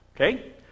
okay